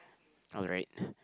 alright